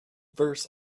verse